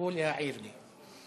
להעיר לי: